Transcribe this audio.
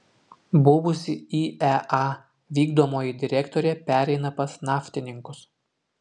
buvusi iea vykdomoji direktorė pereina pas naftininkus